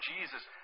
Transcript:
Jesus